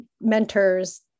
mentors